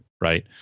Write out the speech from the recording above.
right